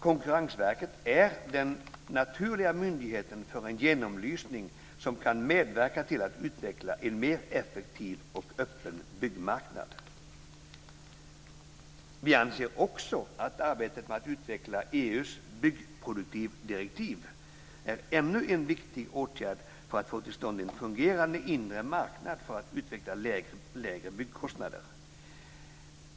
Konkurrensverket är den naturliga myndigheten för en genomlysning som kan medverka till att utveckla en mer effektiv och öppen byggmarknad. Vi anser också att arbetet med att utveckla EU:s byggproduktdirektiv är ännu en viktig åtgärd för att få till stånd en fungerande inre marknad för att utveckla lägre byggkostnader.